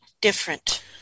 different